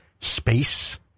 Space